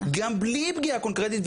גם בלי פגיעה קונקרטית,